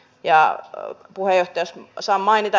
ja puhe ei saa mainita